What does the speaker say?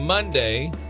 Monday